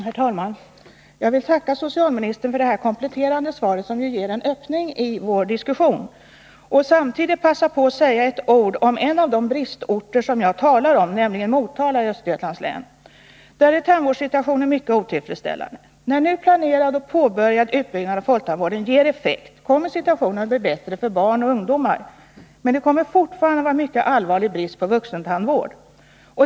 Herr talman! Jag vill tacka socialministern för detta kompletterande svar, som ger en öppning i vår diskussion. Samtidigt vill jag passa på att säga några ord om en av de bristorter jag talar om, nämligen Motala i Östergötlands län. Där är tandvårdssituationen mycket otillfredsställande. När den nu planerade och påbörjade utbyggnaden av folktandvården ger effekt kommer situationen att bli bättre för barn och ungdomar, men det kommer fortfarande att vara en mycket allvarlig brist på vuxentandvård.